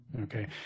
Okay